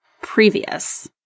previous